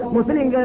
Muslim